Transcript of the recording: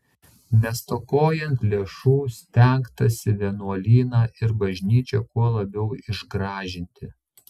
nestokojant lėšų stengtasi vienuolyną ir bažnyčią kuo labiau išgražinti